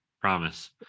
promise